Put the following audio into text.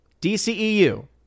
dceu